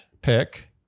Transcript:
pick